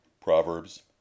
Proverbs